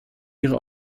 ihre